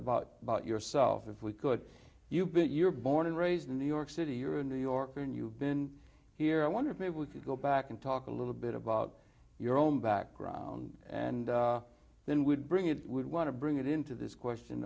about about yourself if we could you but you were born and raised in new york city you're a new yorker and you've been here i wonder maybe we could go back and talk a little bit about your own background and then would bring it would want to bring it into this question